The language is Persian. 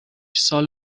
سال